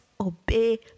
obey